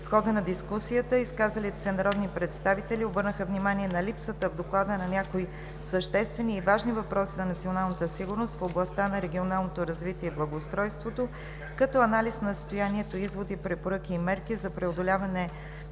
В хода на дискусията изказалите се народни представители обърнаха внимание на липсата в доклада на някои съществени и важни въпроси за националната сигурност в областта на регионалното развитие и благоустройството като анализ на състоянието, изводи, препоръки и мерки за преодоляване